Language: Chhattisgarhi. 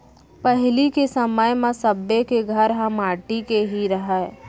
पहिली के समय म सब्बे के घर ह माटी के ही रहय